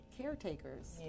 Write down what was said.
caretakers